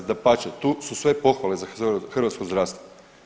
Dapače, tu su sve pohvale za hrvatsko zdravstvo.